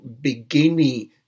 beginning